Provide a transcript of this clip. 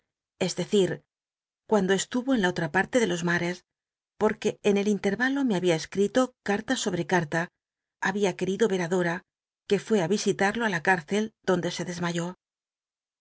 es decir cuand o estuvo en la otra parte de los mares porque en el intcnalo me babia escti to carla sobre carta había querido ver do que fué ti visitarlo ü la cütcel donde se desmayó